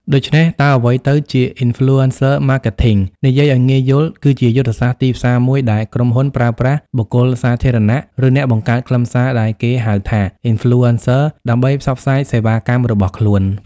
ដូច្នេះ តើអ្វីទៅជា Influencer Marketing? និយាយឱ្យងាយយល់ គឺជាយុទ្ធសាស្ត្រទីផ្សារមួយដែលក្រុមហ៊ុនប្រើប្រាស់បុគ្គលសាធារណៈ ឬអ្នកបង្កើតខ្លឹមសារដែលគេហៅថា Influencers ដើម្បីផ្សព្វផ្សាយសេវាកម្មរបស់ខ្លួន។